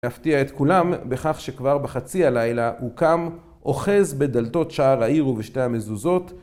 להפתיע את כולם בכך שכבר בחצי הלילה הוקם אוחז בדלתות שער העיר ובשתי המזוזות